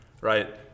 right